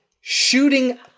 shooting